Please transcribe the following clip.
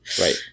Right